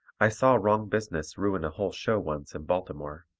i saw wrong business ruin a whole show once in baltimore.